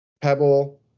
Pebble